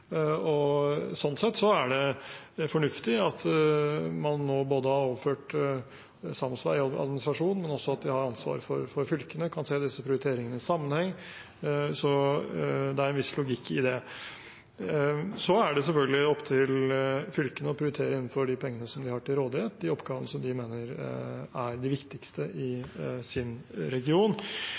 Sånn sett er det fornuftig at man nå både har overført sams vegadministrasjon, og at de også har ansvaret for fylkesveiene og kan se disse prioriteringene i sammenheng. Det er en viss logikk i det. Så er det selvfølgelig opp til fylkene å prioritere de oppgavene de mener er de viktigste i sin region, innenfor de pengene de har til rådighet. Det er statens oppgave å sørge for at fylkene har de